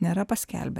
nėra paskelbę